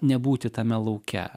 nebūti tame lauke